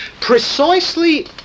precisely